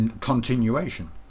continuation